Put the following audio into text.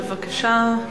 בבקשה.